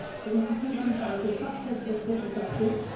so, institutions are the subject of social justice,